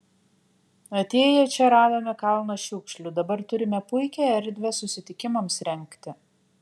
atėję čia radome kalną šiukšlių dabar turime puikią erdvę susitikimams rengti